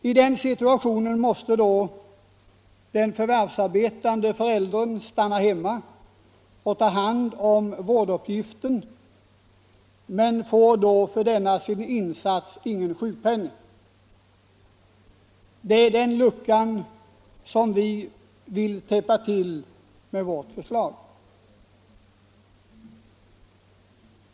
I den situationen måste då den förvärvsarbetande föräldern stanna hemma och ta hand om vårdnaden men får ingen sjukpenning för denna sin insats. Det är denna lucka som vi vill täppa till med vårt förslag.